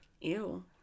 Ew